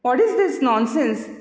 Vat is this non sense